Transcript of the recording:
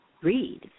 Read